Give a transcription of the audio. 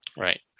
Right